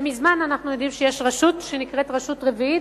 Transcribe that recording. ומזמן אנחנו יודעים שיש רשות שנקראת "רשות רביעית",